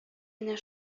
менә